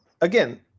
again